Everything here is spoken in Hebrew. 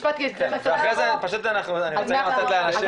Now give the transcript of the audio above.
ואחרי זה אני רוצה גם לתת לאנשים אחרים